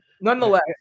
Nonetheless